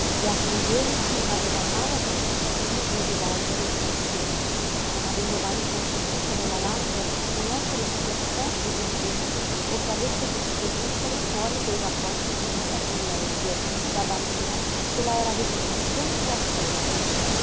e a cui ella non aveva mai avuto occasione di rivolgere il pensiero non avendo mai concepito nella lander un essere che per sé esistesse o che avesse potuto esistere fuori dei rapporti di vita con lei che da bambina se la era veduta sempre attorno